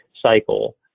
cycle